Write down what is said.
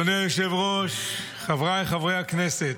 אדוני היושב-ראש, חבריי חברי הכנסת,